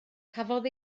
cafodd